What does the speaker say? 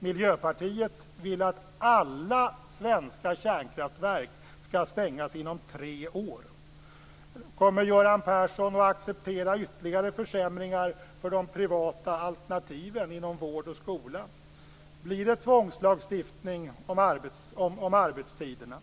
Miljöpartiet vill att alla svenska kärnkraftverk skall stängas inom tre år. Kommer Göran Persson att acceptera ytterligare försämringar för de privata alternativen inom vård och skola? Blir det tvångslagstiftning om arbetstiderna?